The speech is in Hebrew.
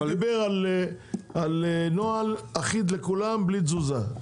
אם הוא דיבר על נוהל אחיד לכולם בלי תזוזה.